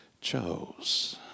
chose